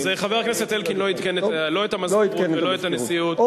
אז חבר הכנסת אלקין לא עדכן לא את המזכירות ולא את הנשיאות.